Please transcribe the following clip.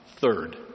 Third